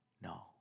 No